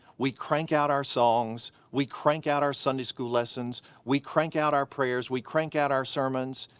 we crank out our songs, we crank out our sunday school lessons, we crank out our prayers, we crank out our sermons,